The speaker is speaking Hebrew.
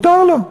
מותר לו.